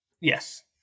Yes